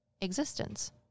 existence